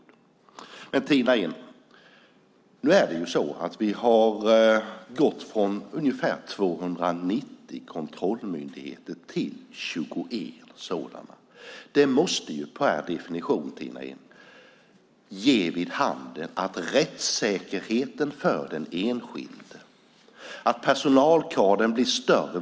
Nu är det ju så, Tina Ehn, att vi har gått från ungefär 290 kontrollmyndigheter till 21 sådana. Det måste per definition, Tina Ehn, ge vid handen att rättssäkerheten för den enskilde blir betydligt mycket bättre när personalkadern blir större.